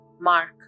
Mark